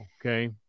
Okay